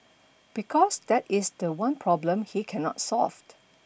because that is the one problem he cannot solved